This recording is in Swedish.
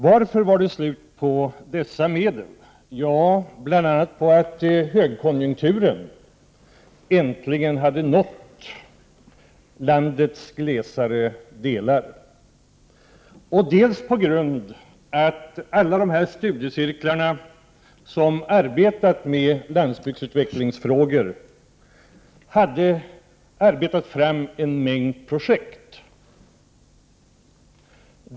Varför var det slut på dessa medel? Jo, dels på grund av att högkonjunkturen äntligen hade nått landets glesare delar, dels på grund av att alla de här studiecirklarna som arbetat med landsbygdsutvecklingsfrågor hade arbetat fram en mängd projekt.